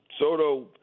Soto